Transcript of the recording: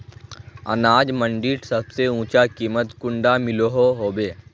अनाज मंडीत सबसे ऊँचा कीमत कुंडा मिलोहो होबे?